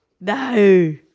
No